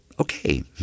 okay